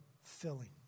filling